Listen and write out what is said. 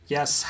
Yes